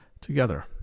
together